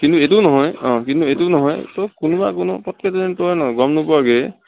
কিন্তু এইটো নহয় অঁ কিন্তু এইটো নহয় তই কোনোৱা কোনোৱা পটকে যেন তই গম নোপোৱাকে